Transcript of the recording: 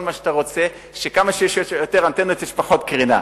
מה שאתה רוצה שכמה שיש יותר אנטנות יש פחות קרינה.